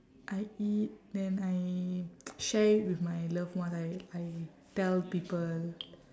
I eat then I share it with my loved ones I tell people